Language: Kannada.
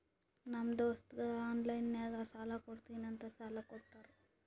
ನಮ್ ದೋಸ್ತಗ ಆನ್ಲೈನ್ ನಾಗೆ ಸಾಲಾ ಕೊಡ್ತೀನಿ ಅಂತ ಸಾಲಾ ಕೋಟ್ಟಾರ್